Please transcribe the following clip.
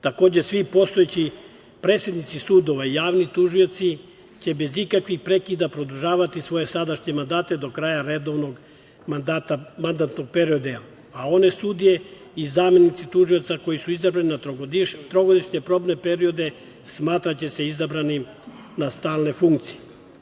Takođe, svi postojeći predsednici sudova i javni tužioci će bez ikakvih prekida produžavati svoje sadašnje mandate do kraja redovnog mandatnog perioda, a one sudije i zamenici tužioca koji su izabrani na trogodišnje probne periode smatraće se izabranim na stalne funkcije.